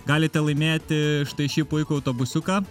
galite laimėti štai šį puikų autobusiuką